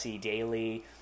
Daily